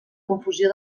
confusió